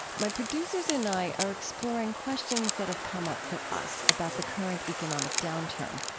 my producers and i are exploring questions that have come up for us about the current economic downturn.